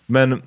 Men